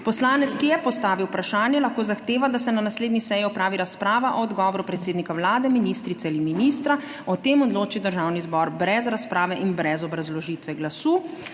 Poslanec, ki je postavil vprašanje, lahko zahteva, da se na naslednji seji opravi razprava o odgovoru predsednika Vlade, ministrice ali ministra, o tem odloči Državni zbor brez razprave in brez obrazložitve glasu,